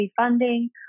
funding